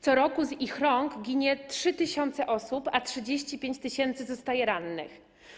Co roku z ich rąk ginie 3 tys. osób, a 35 tys. zostaje rannych.